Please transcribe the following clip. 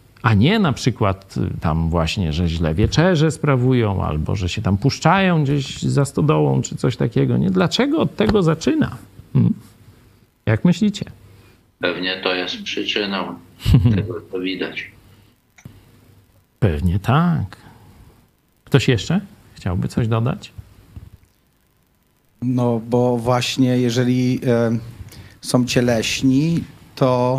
A nie na przykład, y, tam właśnie, że źle wieczerze sprawują, albo że się tam puszczają gdzieś za stodołą, czy coś takiego, nie? Dlaczego od tego zaczyna? Hmm? Jak myślicie? Pewnie to jest przyczyną tego, co widać. Pewnie tak. Ktoś jeszcze chciałby coś dodać? No, bo właśnie, jeżeli, y, są cieleśni, to-